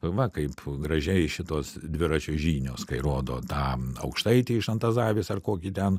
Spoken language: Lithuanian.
va kaip gražiai šitos dviračio žinios kai rodo tą aukštaitį iš antazavės ar kokį ten